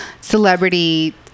celebrity